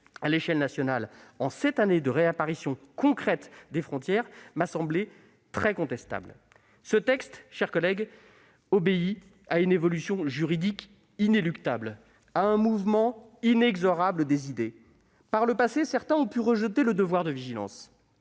à l'échelle nationale, en cette année de réapparition concrète des frontières, m'a semblé très contestable. Ce texte, mes chers collègues, obéit à une évolution juridique inéluctable, à un mouvement inexorable des idées. Par le passé, certains ont pu rejeter le devoir de vigilance